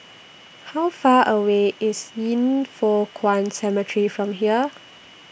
How Far away IS Yin Foh Kuan Cemetery from here